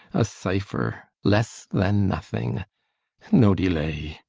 a cipher, less than nothing no delay!